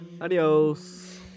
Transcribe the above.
Adios